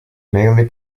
mainly